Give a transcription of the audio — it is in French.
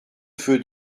feu